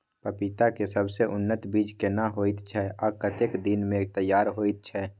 पपीता के सबसे उन्नत बीज केना होयत छै, आ कतेक दिन में तैयार होयत छै?